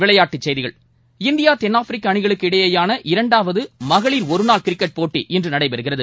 விளையாட்டு செய்திகள் இந்தியா தென்னாப்பிரிக்கா அணிகளுக்கு இடையேயான இரண்டாவது மகளிர் ஒருநாள் கிரிக்கெட் போட்டி இன்று நடைபெறுகிறது